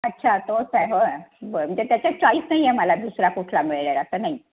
अच्छा तोच आहे होय बरं म्हणजे त्याच्यात चॉईस नाही आहे मला दुसरा कुठला मिळेल असं नाही